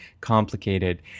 complicated